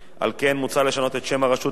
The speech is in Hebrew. מוצע לשנות את שם הרשות ל"רשות הלאומית